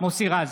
מוסי רז,